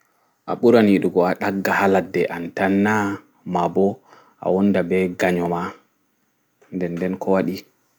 A ɓuran yiɗugo a ɗagga ha laɗɗe an tan naa maaɓo awonɗa ɓe ganyo ma nɗen nɗen ko waɗi